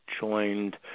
joined